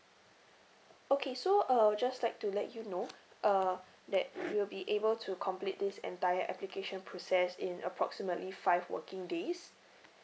okay so uh I'd just like to let you know uh that you'll be able to complete this entire application process in approximately five working days